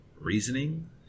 reasoning